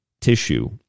tissue